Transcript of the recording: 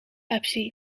pepsi